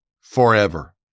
forever